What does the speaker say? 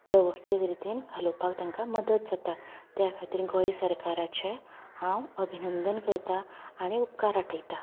वेवस्थीन रितीन घालोवपाक तांकां मदत जाता त्या खातीर गोंय सरकाराचें हांव अभिनंदन करता आनी उपकार आटयता